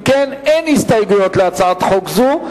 אם כן, אין הסתייגויות להצעת חוק זו.